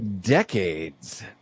decades